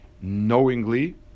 knowingly